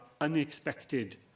unexpected